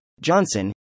Johnson